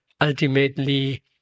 ultimately